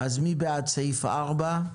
מי בעד אישור סעיף 4?